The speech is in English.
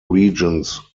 regions